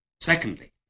Secondly